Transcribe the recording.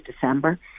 December